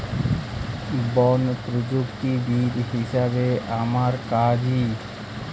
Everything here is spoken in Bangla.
বন প্রযুক্তিবিদ হিসাবে আমার কাজ হ